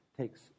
takes